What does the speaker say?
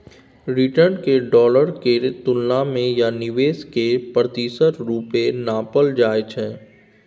return केँ dollar केर तुलना मे या निबेश केर प्रतिशत रुपे नापल जाइ छै